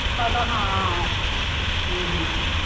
ਸਾਡਾ ਹਾਂ